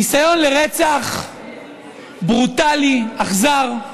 ניסיון לרצח ברוטלי, אכזר,